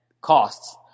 costs